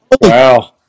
wow